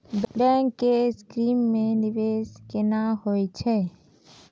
Bank के scheme मे निवेश केना होय छै?